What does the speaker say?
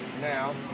Now